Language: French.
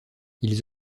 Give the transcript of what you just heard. ils